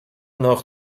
noch